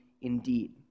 indeed